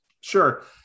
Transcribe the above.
sure